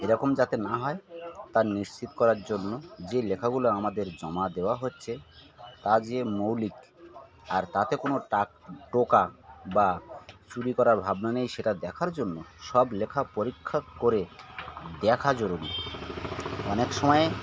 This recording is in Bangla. এরকম যাতে না হয় তা নিশ্চিত করার জন্য যে লেখাগুলো আমাদের জমা দেওয়া হচ্ছে তা যে মৌলিক আর তাতে কোনো টাক টোকা বা চুরি করার ভাবনা নেই সেটা দেখার জন্য সব লেখা পরীক্ষা করে দেখা জরুরি অনেক সময়